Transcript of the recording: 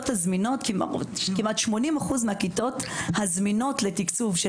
כמעט 80% מהכיתות הזמינות לתקצוב של